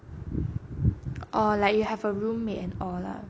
orh like you have a roommate and all lah